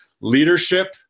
Leadership